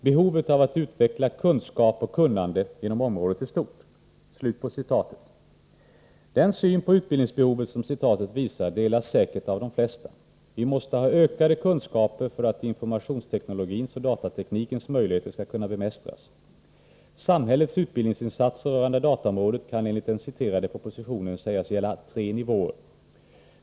Behovet av att utveckla kunskap och kunnande inom området är stort.” Den syn på utbildningsbehovet som citatet visar delas säkert av de flesta. Vi måste ha ökade kunskaper för att informationsteknologins och datateknikens möjligheter skall kunna bemästras. Samhällets utbildningsinsatser rörande dataområdet kan enligt den citerade propositionen sägas gälla tre nivåer.